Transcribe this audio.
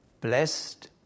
Blessed